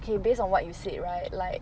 K based on what you said right like